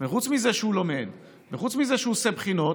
וחוץ מזה שהוא לומד וחוץ מזה שהוא עושה בחינות,